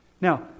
Now